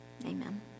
Amen